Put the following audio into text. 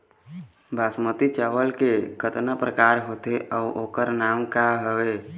बासमती चावल के कतना प्रकार होथे अउ ओकर नाम क हवे?